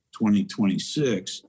2026